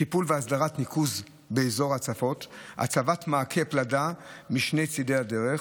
טיפול והסדרת ניקוז באזור ההצפות והצבת מעקה פלדה משני צידי הדרך.